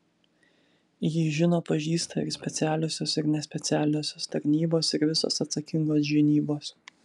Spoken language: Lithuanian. jį žino pažįsta ir specialiosios ir nespecialiosios tarnybos ir visos atsakingos žinybos